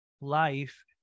life